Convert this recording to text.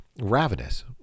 ravenous